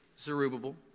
Zerubbabel